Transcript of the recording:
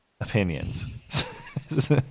opinions